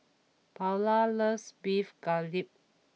Paola loves Beef Galbi